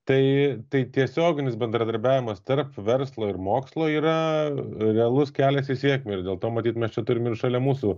tai tai tiesioginis bendradarbiavimas tarp verslo ir mokslo yra realus kelias į sėkmę ir dėl to matyt mes čia turim šalia mūsų